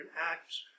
acts